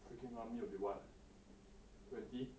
freaking army I'll be what twenty